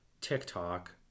TikTok